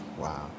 Wow